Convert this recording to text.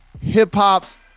hip-hop's